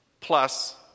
plus